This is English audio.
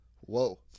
Whoa